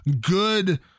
good